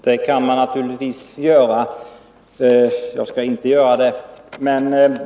Herr talman! Så kan man naturligtvis göra, men jag skall inte göra det.